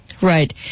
Right